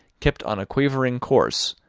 kept on a quavering course,